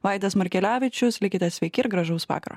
vaidas markelevičius likite sveiki ir gražaus vakaro